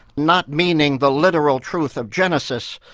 not meaning the literal truth of genesis,